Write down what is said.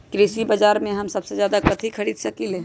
कृषि बाजर में हम सबसे अच्छा कथि खरीद सकींले?